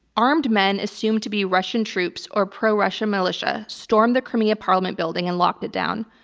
armed men assumed to be russian troops or pro russian militia, stormed the crimea parliament building and locked it down.